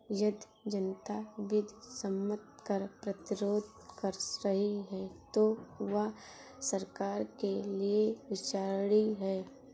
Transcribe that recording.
यदि जनता विधि सम्मत कर प्रतिरोध कर रही है तो वह सरकार के लिये विचारणीय है